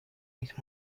mis